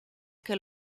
que